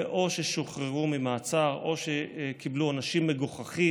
ואו שהם שוחררו ממעצר או שהם קיבלו עונשים מגוחכים.